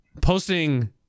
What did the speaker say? posting